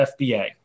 FBA